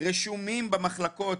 רשומים במחלקות